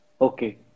Okay